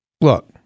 look